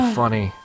funny